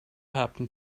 happen